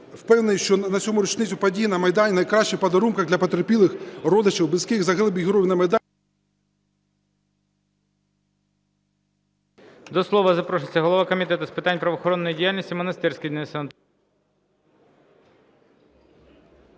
впевнений, що на сьому річницю подій на Майдані найкращим подарунком для потерпілих, родичів, близьких загиблих героїв на Майдані…